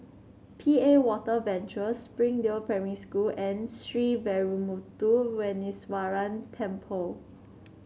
P A Water Venture Springdale Primary School and Sree Veeramuthu Muneeswaran Temple